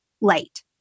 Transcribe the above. light